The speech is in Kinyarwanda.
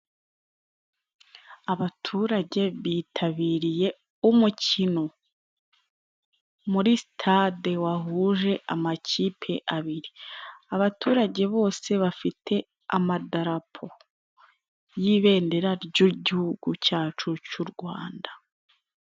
Abaturage bitabiriye umukino muri sitade wahuje amakipe abiri. Abaturage bose bafite amadarapo y'ibendera ry'igihugu cyacu cy'u Rwanda